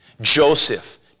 Joseph